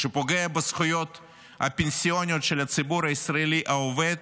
שפוגע בזכויות הפנסיוניות של הציבור הישראלי העובד,